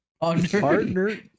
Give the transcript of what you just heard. Partner